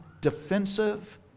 defensive